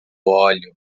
óleo